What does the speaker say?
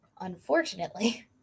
Unfortunately